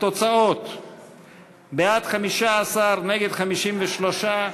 של קבוצת סיעת יהדות התורה וקבוצת סיעת ש"ס לסעיף 2 לא נתקבלה.